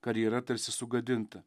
karjera tarsi sugadinta